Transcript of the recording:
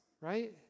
right